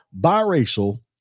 biracial